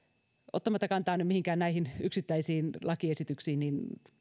ottamatta kantaa nyt mihinkään yksittäisiin lakiesityksiin